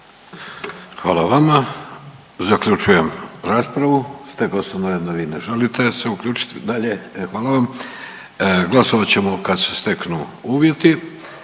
Hvala vama. Zaključujem raspravu. Stekao sam dojam da vi ne želite se uključiti dalje, e hvala vam. Glasovat ćemo kad se steknu uvjeti.